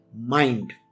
mind